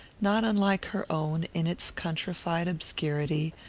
not unlike her own in its countrified obscurity,